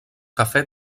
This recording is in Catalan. cafè